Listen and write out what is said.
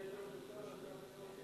סטטיסטית היו לי יותר.